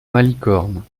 malicorne